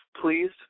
please